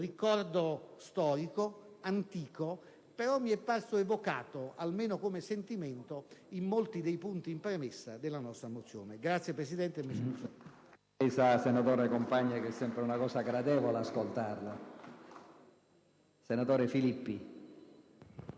ricordo storico, antico, che però mi è parso evocato, almeno come sentimento, in molti dei punti in premessa della nostra mozione. *(Applausi